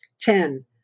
Ten